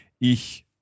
Ich